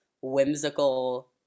whimsical